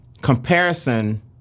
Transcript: comparison